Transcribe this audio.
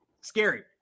Scary